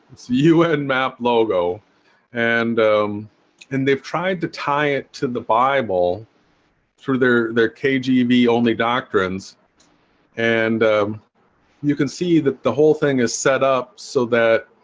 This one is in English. it's un map logo and um and they've tried to tie it to the bible for their there kgb only doctrines and you can see that the whole thing is set up so that